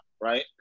right